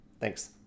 Thanks